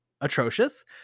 atrocious